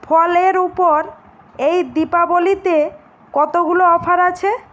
ফলের উপর এই দীপাবলিতে কতগুলো অফার আছে